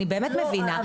אני באמת מבינה.